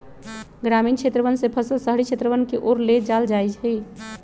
ग्रामीण क्षेत्रवन से फसल शहरी क्षेत्रवन के ओर ले जाल जाहई